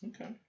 Okay